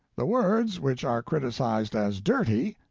the words which are criticised as dirty,